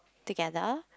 together